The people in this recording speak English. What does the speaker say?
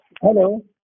Hello